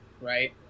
right